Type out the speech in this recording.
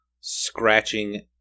scratching